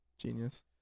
Genius